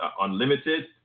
Unlimited